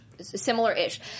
Similar-ish